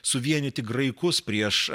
suvienyti graikus prieš